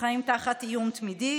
שחיים תחת איום תמידי,